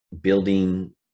building